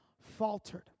faltered